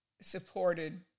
supported